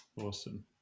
Awesome